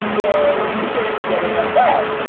then you shouldn't be getting upset